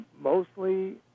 mostly